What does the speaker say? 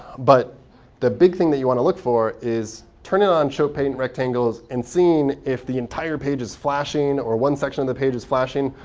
but the big thing that you want to look for is turning on show paint rectangles and seeing if the entire page is flashing, or one section of the page is flashing,